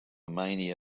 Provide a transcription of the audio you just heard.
mania